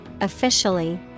officially